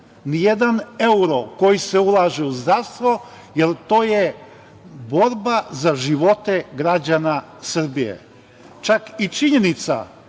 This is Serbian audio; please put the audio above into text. nijedan evro koji se ulaže u zdravstvo, jer to je borba za živote građana Srbije. Čak i činjenica